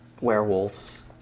werewolves